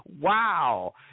Wow